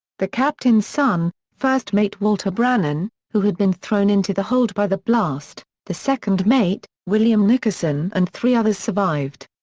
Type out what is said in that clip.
the captain's son, first mate walter brannen, who had been thrown into the hold by the blast, the second mate, william nickerson and three others survived.